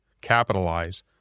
capitalize